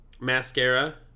mascara